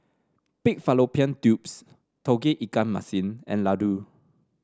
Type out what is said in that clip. Pig Fallopian Tubes Tauge Ikan Masin and laddu